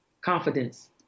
Confidence